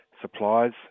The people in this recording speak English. supplies